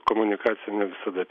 komunikacija ne visada